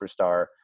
superstar